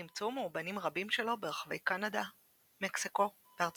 נמצאו